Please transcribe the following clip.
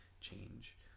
change